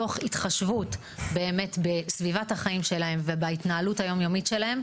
תוך התחשבות באמת בסביבת החיים שלהם ובהתנהלות היום-יומית שלהם,